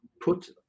put